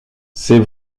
c’est